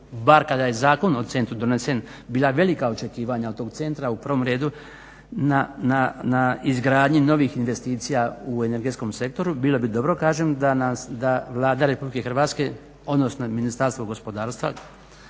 bar kada je zakon o centru donesen bila velika očekivanja od tog centra u prvom redu na izgradnji novih investicija u energetskom sektoru. Bilo bi dobro kažem, da Vlada RH odnosno Ministarstvo gospodarstva